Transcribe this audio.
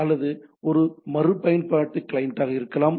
அல்லது அது மறுபயன்பாடு கிளையண்டாக இருக்கலாம்